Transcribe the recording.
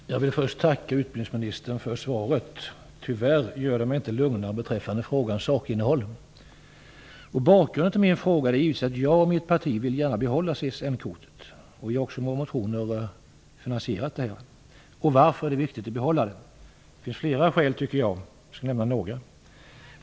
Fru talman! Jag vill först tacka utbildningsministern för svaret. Tyvärr gör det mig inte lugnare beträffande frågans sakinnehåll. Bakgrunden till min fråga är att jag och mitt parti vill gärna behålla CSN-kortet. Vi har också i våra motioner föreslagit hur detta skall finansieras. Varför är det då viktigt att behålla CSN-kortet? Det finns flera skäl, tycker jag, och jag skall nämna några.